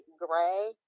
gray